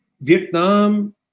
Vietnam